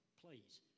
please